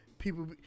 people